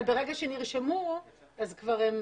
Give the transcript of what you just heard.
אבל ברגע שנרשמו אז כבר הם